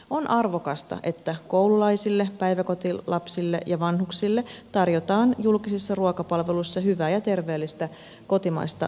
on arvokasta että koululaisille päiväkotilapsille ja vanhuksille tarjotaan julkisissa ruokapalveluissa hyvää ja terveellistä kotimaista ruokaa